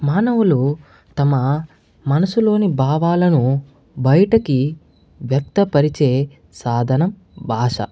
మానవులు తమ మనసులోని భావాలను బయటకి వ్యక్తపరిచే సాధనం భాష